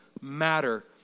matter